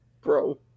Bro